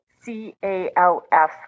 C-A-L-F